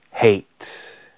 Hate